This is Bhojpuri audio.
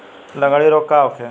लगंड़ी रोग का होखे?